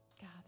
God